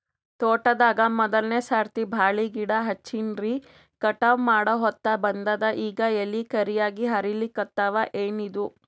ತೋಟದಾಗ ಮೋದಲನೆ ಸರ್ತಿ ಬಾಳಿ ಗಿಡ ಹಚ್ಚಿನ್ರಿ, ಕಟಾವ ಮಾಡಹೊತ್ತ ಬಂದದ ಈಗ ಎಲಿ ಕರಿಯಾಗಿ ಹರಿಲಿಕತ್ತಾವ, ಏನಿದು?